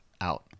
out